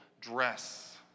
dress